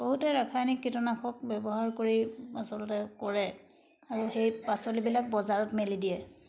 বহুতে ৰাসায়নিক কীটনাশক ব্যৱহাৰ কৰি আচলতে কৰে আৰু সেই পাচলিবিলাক বজাৰত মেলি দিয়ে